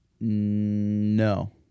no